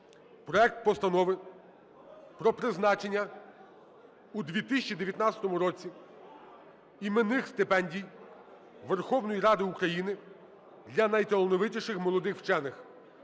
проект Постанови про призначення у 2019 році іменних стипендій Верховної Ради України для найталановитіших молодих вчених